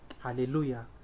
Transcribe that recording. Hallelujah